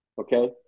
okay